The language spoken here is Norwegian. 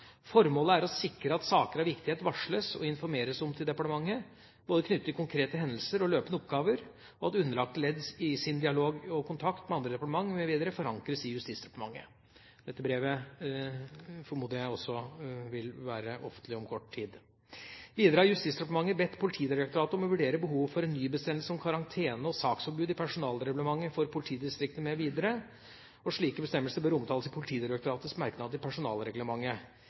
Formålet er å sikre at saker av viktighet varsles og informeres om til departementet, både knyttet til konkrete hendelser og løpende oppgaver, og at underlagte ledd i sin dialog og kontakt med andre departementer mv. forankres i Justisdepartementet. Dette brevet formoder jeg også vil være offentlig om kort tid. Videre har Justisdepartementet bedt Politidirektoratet om å vurdere behovet for en ny bestemmelse om karantene og saksforbud i personalreglementet for politidistriktene mv., eller om slike bestemmelser bør omtales i Politidirektoratets merknader til personalreglementet.